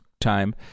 time